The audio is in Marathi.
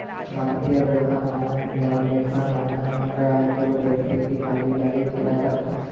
भारतीय लेखा मानक ह्या लेखा मानक मंडळाच्यो देखरेखीखाली जारी केला जाता